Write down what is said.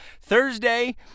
Thursday